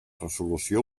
resolució